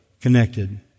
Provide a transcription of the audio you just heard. connected